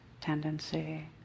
tendency